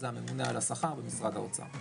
זה הממונה על השכר במשרד האוצר.